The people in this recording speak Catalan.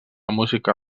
música